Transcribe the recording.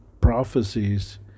prophecies